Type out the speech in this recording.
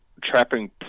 trapping